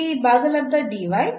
ಇಲ್ಲಿ ಈ ಭಾಗಲಬ್ಧ ಓವರ್